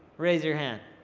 raise your hand,